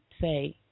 say